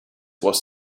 was